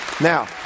Now